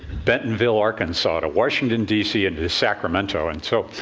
bentonville, arkansas, to washington, d c. and to sacramento. and so,